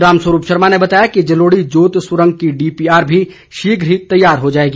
रामस्वरूप शर्मा ने बताया कि जलोड़ी जोत सुरंग की डीपीआर भी शीघ्र ही तैयार हो जाएगी